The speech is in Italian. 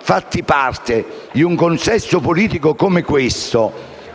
stati parte di un consesso politico come questo